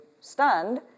stunned